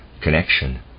connection